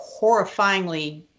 horrifyingly